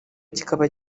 kikaba